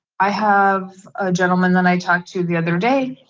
i have a gentleman that i talked to the other day,